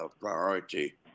priority